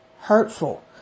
hurtful